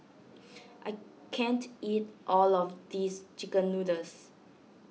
I can't eat all of this Chicken Noodles